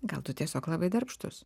gal tu tiesiog labai darbštus